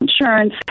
insurance